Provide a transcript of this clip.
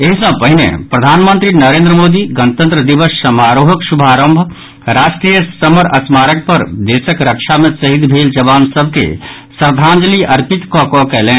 एहि सँ पहिने प्रधानमंत्री नरेन्द्र मोदी गणतंत्र दिवस समारोहक शुभारंभ राष्ट्रीय समर स्मारक पर देशक रक्षा मे शहिद भेल जवान सभ के श्रद्धांजली अर्पित कऽ कऽ कयलनि